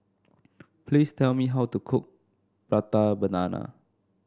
please tell me how to cook Prata Banana